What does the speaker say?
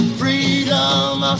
freedom